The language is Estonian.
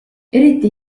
eriti